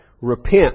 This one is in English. Repent